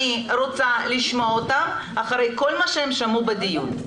אני רוצה לשמוע אותם אחרי כל מה שהם שמעו בדיון.